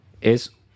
es